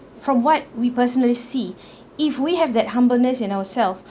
from what we personally see if we have that humbleness in ourself